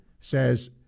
says